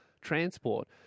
transport